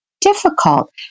difficult